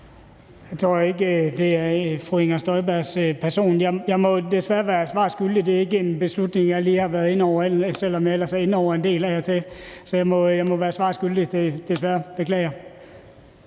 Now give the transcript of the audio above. Jeg tror ikke, det er fru Inger Støjbergs person. Jeg må desværre være svar skyldig. Det er ikke en beslutning, jeg lige har været inde over, selv om jeg ellers er inde over en del. Så jeg må være svar skyldig, desværre – beklager.